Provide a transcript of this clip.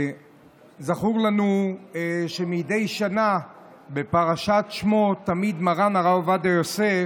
זכור לנו שמדי שנה בפרשת שמות תמיד מרן הרב עובדיה יוסף